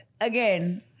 again